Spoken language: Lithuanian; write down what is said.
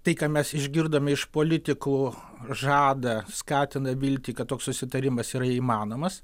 tai ką mes išgirdome iš politikų žada skatina viltį kad toks susitarimas yra įmanomas